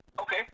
Okay